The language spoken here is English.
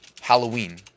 Halloween